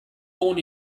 born